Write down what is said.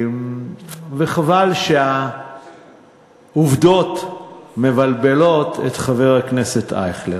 חבל שהעובדות מבלבלות את חבר הכנסת אייכלר,